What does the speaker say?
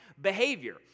behavior